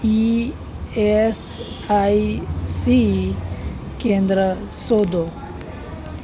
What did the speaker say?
e S I C કેન્દ્ર શોધો